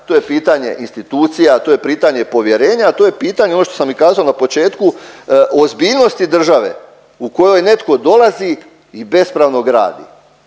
to je pitanje institucija, to je pitanje povjerenja. To je pitanje i ono što sam i kazao na početku ozbiljnosti države u kojoj netko dolazi i bespravno gradi.